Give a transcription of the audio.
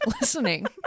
listening